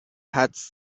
حدس